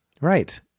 Right